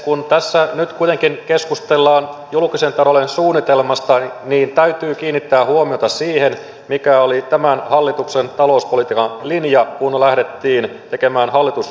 kun tässä nyt kuitenkin keskustellaan julkisen talouden suunnitelmasta niin täytyy kiinnittää huomiota siihen mikä oli tämän hallituksen talouspolitiikan linja kun lähdettiin tekemään hallitusohjelmaa